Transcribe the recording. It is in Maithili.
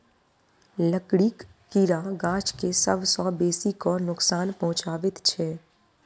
लकड़ीक कीड़ा गाछ के सभ सॅ बेसी क नोकसान पहुचाबैत छै